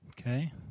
Okay